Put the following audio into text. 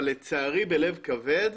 אבל לצערי בלב כבד,